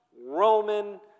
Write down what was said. Roman